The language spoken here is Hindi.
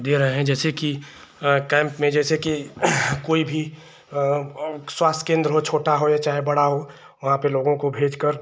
दे रहे हैं जैसे कि कैम्प में जैसे कि कोई भी स्वास्थ्य केन्द्र हो छोटा हो या चाहे बड़ा हो वहाँ पर लोगों को भेजकर